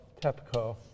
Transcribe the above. Tepco